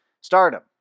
stardom